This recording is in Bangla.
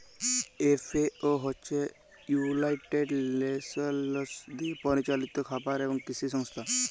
এফ.এ.ও হছে ইউলাইটেড লেশলস দিয়ে পরিচালিত খাবার এবং কিসি সংস্থা